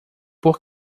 por